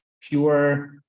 pure